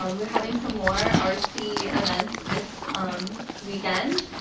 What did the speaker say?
um we're having some more artsy events this um weekend.